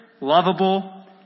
lovable